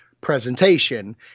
presentation